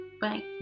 Bye